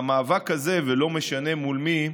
והמאבק הזה, ולא משנה מול מי,